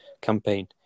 campaign